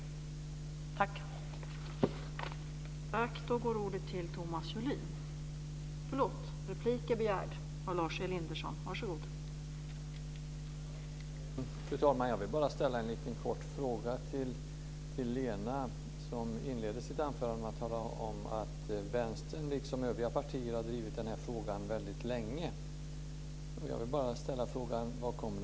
Tack!